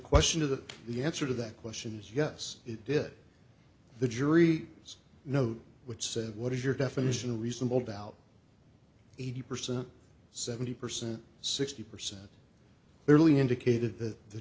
question of the the answer to that question is yes it did the jury was no which said what is your definition of reasonable doubt eighty percent seventy percent sixty percent clearly indicated that the